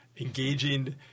engaging